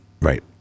Right